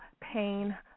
pain